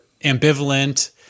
ambivalent